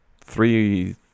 three